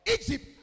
Egypt